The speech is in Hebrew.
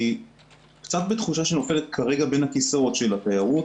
היא קצת בתחושה שהיא נופלת כרגע בין הכיסאות של התיירות,